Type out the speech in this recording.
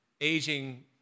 aging